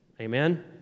Amen